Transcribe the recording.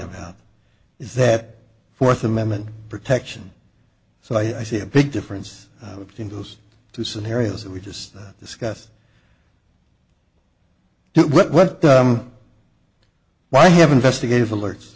about is that fourth amendment protection so i see a big difference between those two scenarios that we just discussed what why have investigators alerts